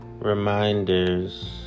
reminders